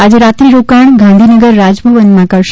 આજે રાત્રીરોકાણ ગાંધીનગર રાજભવનમાં કરશે